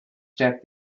stepped